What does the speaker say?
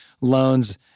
loans